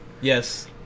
yes